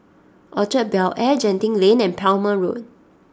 Orchard Bel Air Genting Lane and Palmer Road